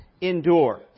endure